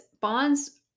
bonds